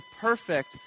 perfect